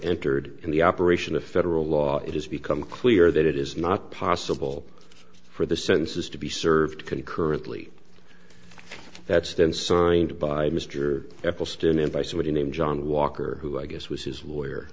entered in the operation of federal law it has become clear that it is not possible for the census to be served concurrently that's been signed by mr ecclestone in by somebody named john walker who i guess was his lawyer